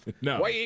No